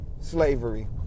slavery